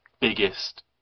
biggest